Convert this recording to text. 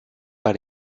par